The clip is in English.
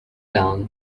down